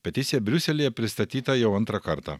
peticija briuselyje pristatyta jau antrą kartą